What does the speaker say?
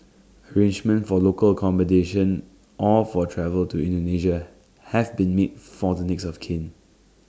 arrangements for local accommodation or for travel to Indonesia have been made for the next of kin